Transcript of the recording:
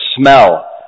smell